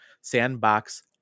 Sandbox